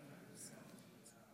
חברי הכנסת,